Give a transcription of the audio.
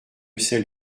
celle